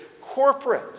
corporate